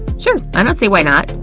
sure, i don't see why not.